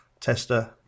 Tester